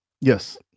Yes